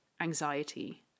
anxiety